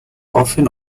often